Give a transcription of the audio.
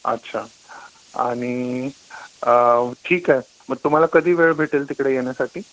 अच्छा आणि ठीक आहे मग तुम्हाला कधी वेळ भेटेल तिकडे येण्यासाठी